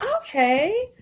okay